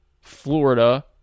Florida